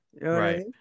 Right